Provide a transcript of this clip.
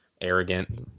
arrogant